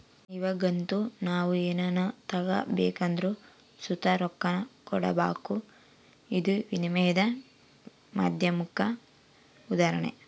ಇವಾಗಂತೂ ನಾವು ಏನನ ತಗಬೇಕೆಂದರು ಸುತ ರೊಕ್ಕಾನ ಕೊಡಬಕು, ಇದು ವಿನಿಮಯದ ಮಾಧ್ಯಮುಕ್ಕ ಉದಾಹರಣೆ